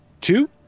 two